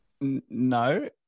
No